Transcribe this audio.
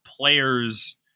players